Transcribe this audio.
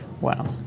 Wow